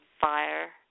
fire